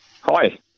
Hi